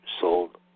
sold